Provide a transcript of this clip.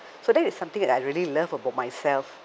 so that is something that I really love about myself